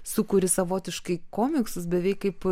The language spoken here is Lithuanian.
sukuri savotiškai komiksus beveik kaip